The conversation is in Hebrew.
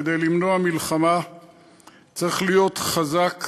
כדי למנוע מלחמה צריך להיות חזק,